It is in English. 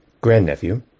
grandnephew